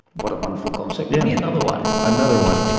what a wonderful concept. give me another one. another one,